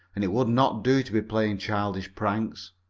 and it would not do to be playing childish pranks.